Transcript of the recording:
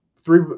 Three